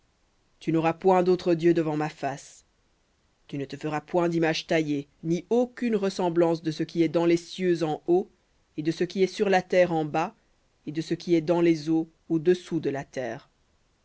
tu n'auras point d'autres dieux devant ma face v litt tu ne te feras point d'image taillée aucune ressemblance de ce qui est dans les cieux en haut ni de ce qui est sur la terre en bas ni de ce qui est dans les eaux au-dessous de la terre